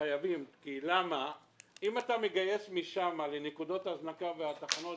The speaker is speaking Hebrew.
אם אתה מגייס משם לנקודות הזנקה והתחנות,